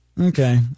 Okay